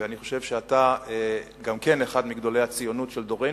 ואני חושב שאתה אחד מגדולי הציונות של דורנו,